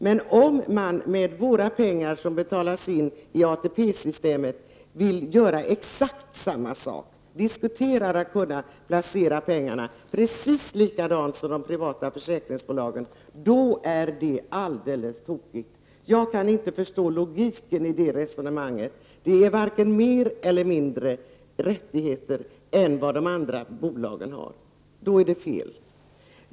Men om vi vill göra exakt samma sak när det gäller de pengar som betalas in i ATP-systemet, och diskuterar att placera pengarna så som försäkringsbolagen gör, är det alldeles tokigt. Jag kan inte förstå logiken i det resonemanget. Det handlar inte om vare sig större eller mindre rättigheter än vad de andra bolagen har.